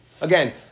Again